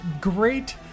great